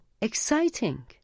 exciting